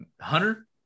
Hunter